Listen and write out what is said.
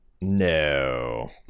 no